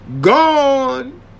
Gone